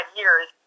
years